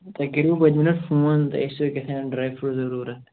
تۄہہِ کٔرِو پٔتمہِ لَٹہِ فون تُہۍ ٲسِو کیٛاہتانۍ ڈرٛاے فرٛوٗٹ ضروٗرت